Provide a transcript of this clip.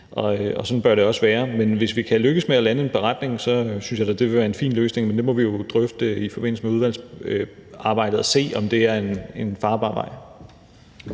og sådan bør det også være. Hvis vi kan lykkes med at lande en beretning, synes jeg da, det vil være en fin løsning, men det må vi jo drøfte i forbindelse med udvalgsarbejdet og se, om det er en farbar vej.